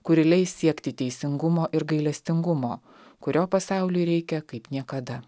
kuri leis siekti teisingumo ir gailestingumo kurio pasauliui reikia kaip niekada